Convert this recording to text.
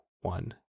one